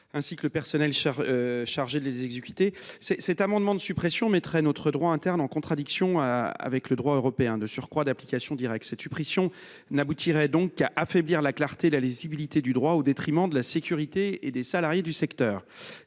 déterminer le personnel chargé de les exercer. Cet amendement de suppression mettrait notre droit interne en contradiction avec le droit européen, lequel est de surcroît, en l’espèce, d’application directe. Cette suppression n’aboutirait donc qu’à affaiblir la clarté et la lisibilité du droit, au détriment des salariés du secteur